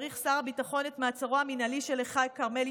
האריך שר הביטחון בשלושה חודשים נוספים את מעצרו המינהלי של אלחי כרמלי,